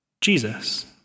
Jesus